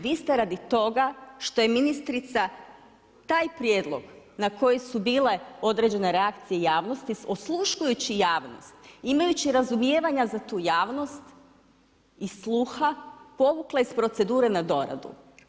Vi ste radi toga što je ministrica taj prijedlog na koje su bile određene reakcije javnosti, osluškujući javnost imajući razumijevanja za tu javnost i sluha povukla iz procedure na doradu.